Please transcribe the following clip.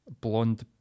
Blonde